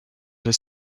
his